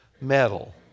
metal